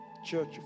church